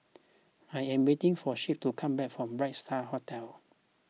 I am waiting for Shep to come back from Bright Star Hotel